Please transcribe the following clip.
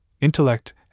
intellect